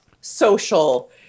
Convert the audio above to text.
Social